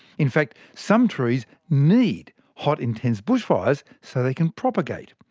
in fact, some trees need hot intense bushfires so they can propagate.